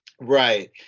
Right